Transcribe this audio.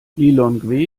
lilongwe